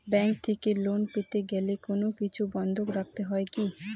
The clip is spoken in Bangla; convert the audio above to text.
ব্যাংক থেকে লোন পেতে গেলে কোনো কিছু বন্ধক রাখতে হয় কি?